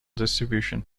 distribution